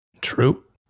True